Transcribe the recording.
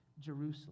Jerusalem